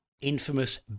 infamous